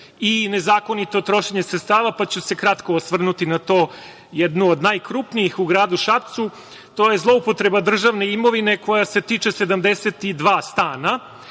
i nezakonito trošenje sredstava, pa ću se kratko osvrnuti na to, jednu od najkrupnijih u gradu Šapcu. To je zloupotreba državne imovine koja se tiče 72 stana